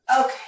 Okay